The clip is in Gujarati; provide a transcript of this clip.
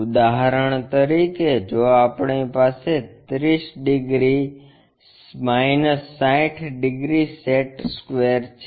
ઉદાહરણ તરીકે જો આપણી પાસે 30 ડિગ્રી 60 ડિગ્રી સેટ સ્ક્વેર છે